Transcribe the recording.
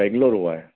बेगलोर हुआ है